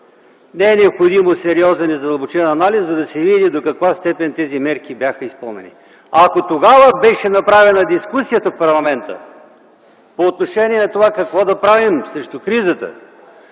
Не е необходим сериозен и задълбочен анализ, за да се види до каква степен тези мерки бяха изпълнени. Ако тогава беше направена дискусията в парламента по отношение на това – какво да правим срещу кризата,